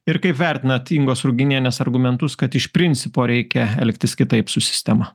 ir kaip vertinat ingos ruginienės argumentus kad iš principo reikia elgtis kitaip su sistema